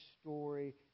story